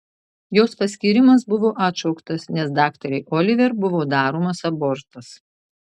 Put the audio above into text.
jos paskyrimas buvo atšauktas nes daktarei oliver buvo daromas abortas